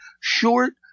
short